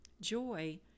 Joy